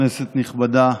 כנסת נכבדה,